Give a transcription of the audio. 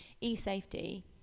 e-safety